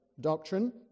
doctrine